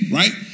right